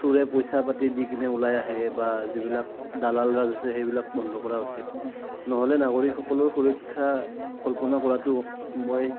চোৰে পইচা পাতি দি কিনে ওলাই আহে বা যিবিলাক দালালৰাজ আছে সেইবিলাক বন্ধ কৰা উচিত নহ'লে নাগৰিকসকলৰ সুৰক্ষা কল্পনা কৰাতো মই